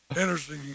interesting